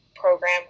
program